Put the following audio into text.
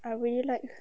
I really like